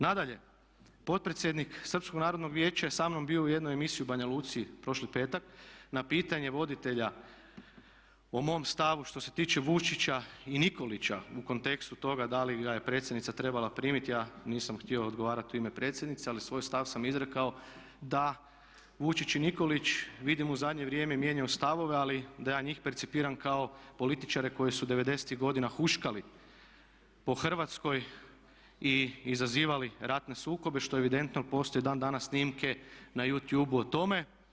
Nadalje, potpredsjednik Srpskog narodnog vijeća je samnom bio u jednoj emisiji u Banjaluci prošli petak, na pitanje voditelja o mom stavu što se tiče Vučića i Nikolića u kontekstu toga da li ga je predsjednica trebala primiti, ja nisam htio odgovarati u ime predsjedniče ali svoj stav sam izrekao da Vučić i Nikolić, vidim u zadnje vrijeme je mijenjao stavove ali da ja njih percipiram kao političare koji su '90.-tih godina huškali po Hrvatskoj i izazivali ratne sukobe što evidentno postoje dan danas snimke na Youtube na tome.